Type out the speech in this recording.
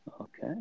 Okay